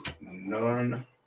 none